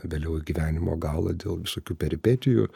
vėliau į gyvenimo galvą dėl visokių peripetijų